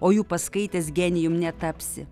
o jų paskaitęs genijum netapsi